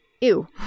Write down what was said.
ew